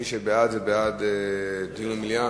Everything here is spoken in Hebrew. מי שבעד, זה בעד דיון במליאה.